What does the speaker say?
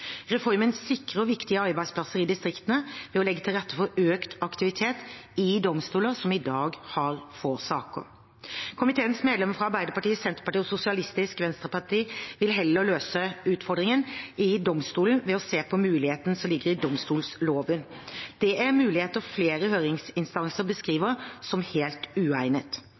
Reformen sikrer viktige arbeidsplasser i distriktene ved å legge til rette for økt aktivitet i domstoler som i dag har få saker. Komiteens medlemmer fra Arbeiderpartiet, Senterpartiet og Sosialistisk Venstreparti vil heller løse utfordringene i domstolene ved å se på mulighetene som ligger i domstolloven. Det er muligheter flere høringsinstanser beskriver som helt